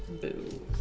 Boo